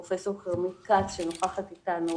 פרופ' כרמית כץ שנוכחת איתנו